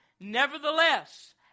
Nevertheless